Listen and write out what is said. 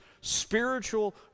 spiritual